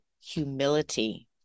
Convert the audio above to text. humility